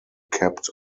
kept